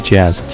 Jazz